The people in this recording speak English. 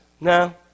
No